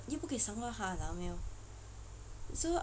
又不可以伤到他你知道没有